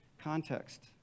Context